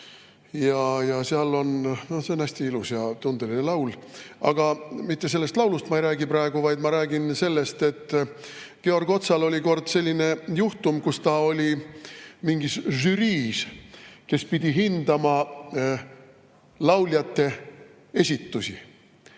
See on hästi ilus ja tundeline laul. Aga mitte sellest laulust ma ei räägi praegu, vaid räägin sellest, et Georg Otsal oli kord selline juhtum, et ta oli mingis žüriis, kes pidi hindama lauljate esitusi.